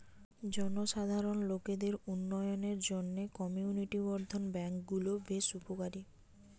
জনসাধারণ লোকদের উন্নয়নের জন্যে কমিউনিটি বর্ধন ব্যাংক গুলো বেশ উপকারী